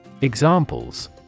Examples